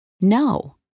no